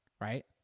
right